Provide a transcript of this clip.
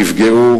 נפגעו,